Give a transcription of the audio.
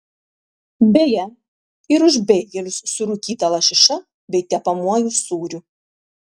beje ir už beigelius su rūkyta lašiša bei tepamuoju sūriu